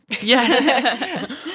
Yes